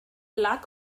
lack